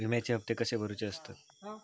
विम्याचे हप्ते कसे भरुचे असतत?